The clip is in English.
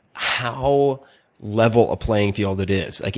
how level a playing field it is. like